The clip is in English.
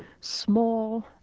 Small